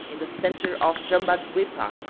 in the centre of jambadwipa,